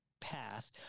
path